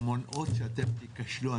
הן מונעות שאתם תיכשלו.